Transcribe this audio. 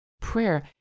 Prayer